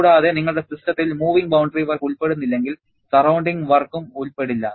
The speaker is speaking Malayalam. കൂടാതെ നിങ്ങളുടെ സിസ്റ്റത്തിൽ മൂവിങ് ബൌണ്ടറി വർക്ക് ഉൾപ്പെടുന്നില്ലെങ്കിൽ സറൌണ്ടിങ് വർക്കും ഉൾപ്പെടില്ല